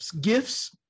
gifts